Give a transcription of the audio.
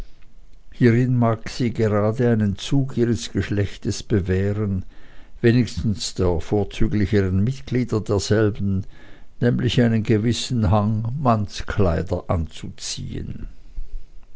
hierin gerade mag sie einen zug ihres geschlechtes bewähren wenigstens der vorzüglicheren mitglieder desselben nämlich einen gewissen hang mannskleider anzuziehen